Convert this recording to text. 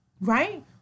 right